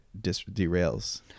derails